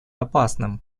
опасным